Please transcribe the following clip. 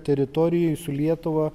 teritorijoj su lietuva